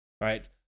right